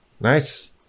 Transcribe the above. Nice